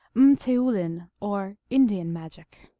m teoulin, or indian magic.